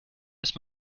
ist